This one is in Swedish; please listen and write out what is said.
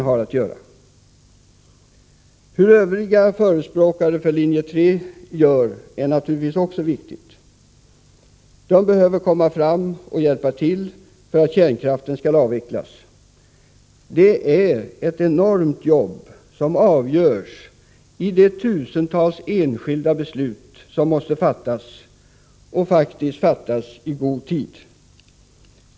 Hur övriga förespråkare för linje 3 gör är naturligtvis också viktigt. De behöver komma fram och hjälpa till för att kärnkraften skall avvecklas. Det är ett enormt jobb som avgörs i de tusentals enskilda beslut som måste fattas — och fattas i god tid.